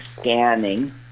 scanning